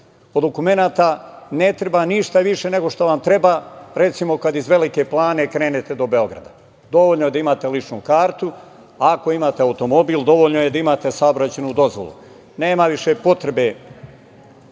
od dokumenata ne treba ništa više nego što vam treba, recimo, kad iz Velike Plane krenete do Beograda. Dovoljno je da imate ličnu kartu, a ako imate automobil, dovoljno je da imate saobraćajnu dozvolu. Nema više potrebe